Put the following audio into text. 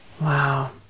wow